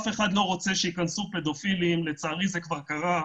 אף אחד לא רוצה שייכנסו פדופילים ולצערי זה קרה,